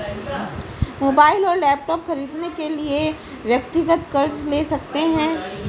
mobile और laptop खरीदने के लिए व्यक्तिगत कर्ज ले सकते है